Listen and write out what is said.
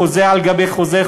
חוזה על גבי חוזה,